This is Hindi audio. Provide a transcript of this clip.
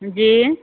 जी